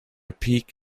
peak